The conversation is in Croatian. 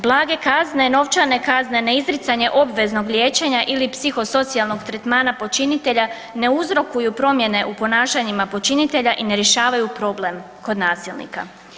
Blage kazne, novčane kazne, neizricanje obveznog liječenja ili psihosocijalnog tretmana počinitelja ne uzrokuju promjene u ponašanjima počinitelje i ne rješavaju problem kod nasilnika.